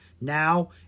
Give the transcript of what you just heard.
Now